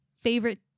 favorite